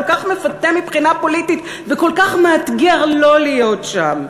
כל כך מפתה מבחינה פוליטית וכל כך מאתגר לא להיות שם.